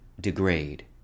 degrade